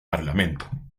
parlamento